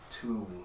two